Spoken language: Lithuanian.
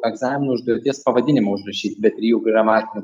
egzamino užduoties pavadinimą užrašyt be trijų gramatinių